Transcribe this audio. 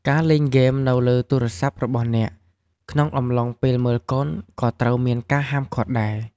ការលេងហ្គេមនៅលើទូរស័ព្ទរបស់អ្នក ក្នុងកំឡុងពេលមើលកុន ក៍ត្រូវមានការហាមឃាត់ដែរ។